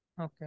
Okay